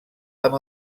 amb